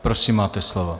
Prosím, máte slovo.